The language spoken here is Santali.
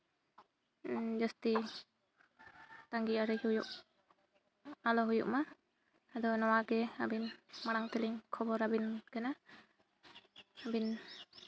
ᱡᱟᱹᱥᱛᱤ ᱛᱟᱺᱜᱤ ᱟᱹᱲᱤ ᱦᱩᱭᱩᱜ ᱟᱞᱚ ᱦᱩᱭᱩᱜ ᱢᱟ ᱟᱫᱚ ᱱᱚᱣᱟᱜᱮ ᱟᱹᱵᱤᱱ ᱢᱟᱲᱟᱝ ᱛᱮᱞᱤᱧ ᱠᱷᱚᱵᱚᱨ ᱟᱹᱵᱤᱱ ᱠᱟᱱᱟ ᱟᱹᱵᱤᱱ